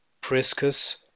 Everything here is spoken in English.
Priscus